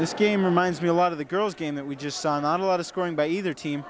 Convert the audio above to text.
this game reminds me a lot of the girls game that we just saw not a lot of scoring by either team